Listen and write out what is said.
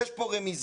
יש כאן רמיזה,